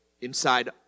inside